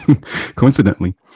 coincidentally